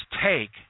take